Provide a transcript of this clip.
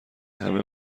همه